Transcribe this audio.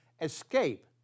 Escape